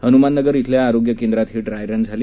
हनुमाननगर श्विल्या आरोग्य केंद्रात ही ड्रायरन झाली